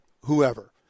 whoever